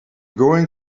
going